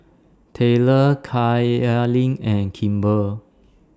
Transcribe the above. Tayler Kaylynn and Kimber